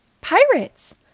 Pirates